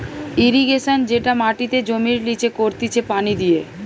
irrigation যেটা মাটিতে জমির লিচে করতিছে পানি দিয়ে